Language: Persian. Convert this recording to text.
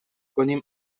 کنیم